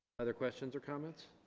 other questions or comments